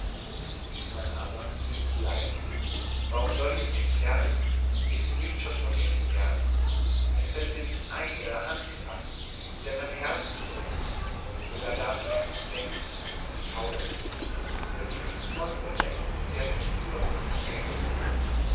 diesmal aber will ich bleiben warum soll ich mich entfernen ist sie nicht schon von mir entfernt es fällt mir nicht ein ihre hand zu fassen sie an mein herz zu drücken sogar darf ich es nicht denken es schaudert mir sie hat sich nicht von mir weg sie hat sich über mich weggehoben